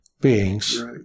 beings